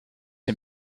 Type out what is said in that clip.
een